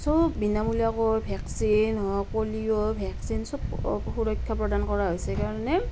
চব বিনামূলীয়াকৈ ভেক্সিন হওক পলিঅ' ভেক্সিন চব সুৰক্ষা প্ৰদান কৰা হৈছে কাৰণে